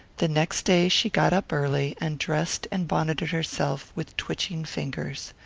the next day she got up early, and dressed and bonneted herself with twitching fingers.